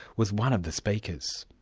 was one of the speakers.